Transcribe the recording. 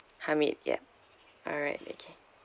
hamid ya alright okay